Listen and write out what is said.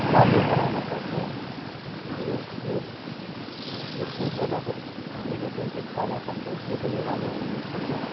राम्रो बनाउन सक्छौँ र यस यो यसको बनाएको हामीले जुन चाहिँ खाना खान्छौँ त्यो पनि राम्रो हुने छैन